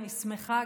אני שמחה,